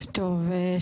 טוב,